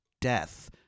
death